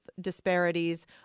disparities